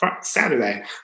saturday